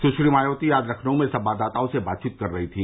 सुश्री मायावती आज लखनऊ में संवाददाताओं से बातचीत कर रही थीं